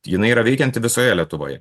jinai yra veikianti visoje lietuvoje